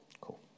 Cool